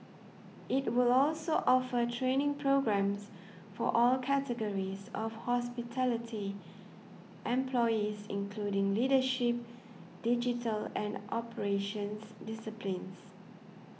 it will also offer training programmes for all categories of hospitality employees including leadership digital and operations disciplines